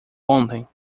ontem